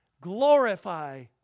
glorify